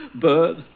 Bird